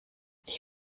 ich